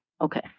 Okay